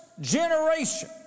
generation